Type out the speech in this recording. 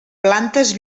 plantes